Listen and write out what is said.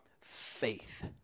faith